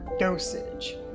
Dosage